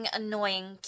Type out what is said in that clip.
annoying